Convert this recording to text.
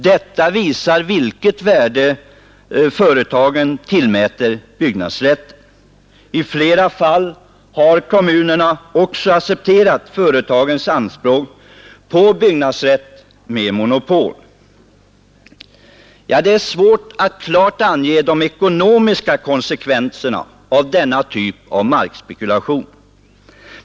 Detta visar vilket värde företagen tillmäter byggnadsrätten. I flera fall har kommunerna också accepterat företagens anspråk på byggnadsrätt med monopol. Det är svårt att klart ange de ekonomiska konsekvenserna av denna typ av markspekulation.